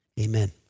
Amen